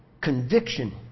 conviction